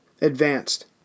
advanced